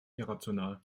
irrational